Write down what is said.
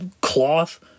cloth